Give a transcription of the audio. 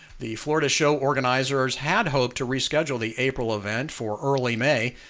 the florida show organizers had hoped to reschedule the april event for early may,